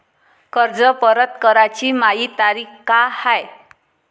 कर्ज परत कराची मायी तारीख का हाय?